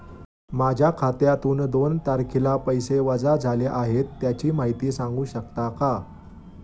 माझ्या खात्यातून दोन तारखेला पैसे वजा झाले आहेत त्याची माहिती सांगू शकता का?